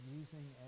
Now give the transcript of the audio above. using